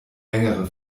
längere